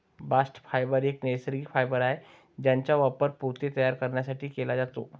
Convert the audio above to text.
bast fibre एक नैसर्गिक fibre आहे ज्याचा वापर पोते तयार करण्यासाठी केला जातो